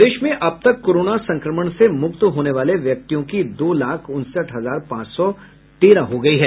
प्रदेश में अब तक कोरोना संक्रमण से मुक्त होने वाले व्यक्तियों की दो लाख उनसठ हजार पांच सौ तेरह हो गई है